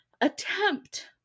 attempt